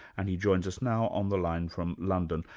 and he joins us now on the line from london.